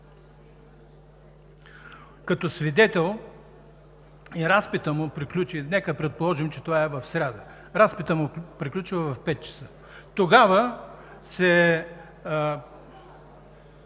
като свидетел и разпитът му приключи, нека предположим, че това е в сряда и разпитът приключи в 17,00 ч., тогава